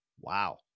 Wow